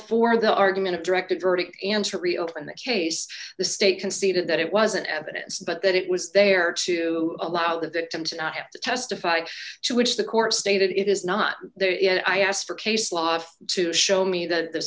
for the argument of directed verdict answer reopen the case the state conceded that it wasn't evidence but that it was there to allow the victim to not have to testify to which the court stated it is not there yet i asked for case law to show me that the